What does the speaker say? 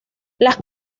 las